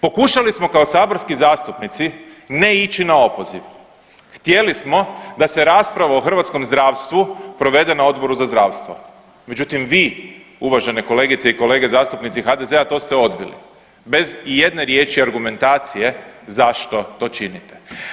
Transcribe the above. Pokušali smo kao saborski zastupnici ne ići na opoziv, htjeli smo da se rasprava o hrvatskom zdravstvu provede na Odboru za zdravstvo, međutim vi uvažene kolegice i kolege zastupnici HDZ-a to ste odbili bez ijedne riječi argumentacije zašto to činite.